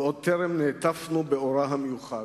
ועוד בטרם נעטפנו באורה המיוחד.